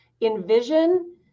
envision